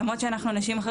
למרות שאנחנו נשים,